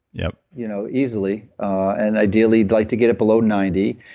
yeah you know easily and ideally you'd like to get it below ninety.